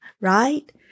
right